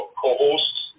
co-hosts